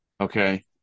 Okay